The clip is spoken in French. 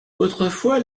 autrefois